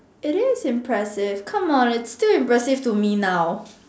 it is impressive come on its still impressive to me now